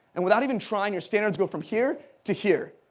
and without even trying, your standards go from here to here.